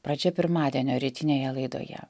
pradžia pirmadienio rytinėje laidoje